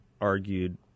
argued